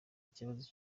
ikibazo